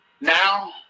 Now